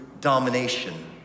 domination